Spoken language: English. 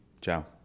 Ciao